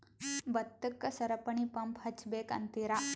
ಭತ್ತಕ್ಕ ಸರಪಣಿ ಪಂಪ್ ಹಚ್ಚಬೇಕ್ ಅಂತಿರಾ?